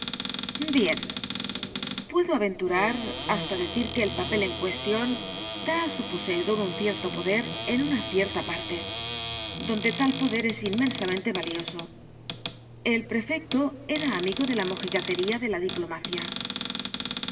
bien puedo aventurar hasta decir que el papel en cuestión da á su poseedor un cierto poder en una cierta parte donde tal poder es inmensamente valioso el prefecto era amigo de la mo gigatería de la diplomacia todavía